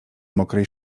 mokrej